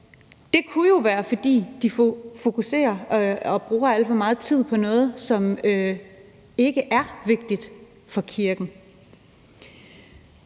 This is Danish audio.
det kunne jo være, fordi den fokuserer og bruger alt for meget tid på noget, som ikke er vigtigt for kirken.